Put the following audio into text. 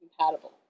compatible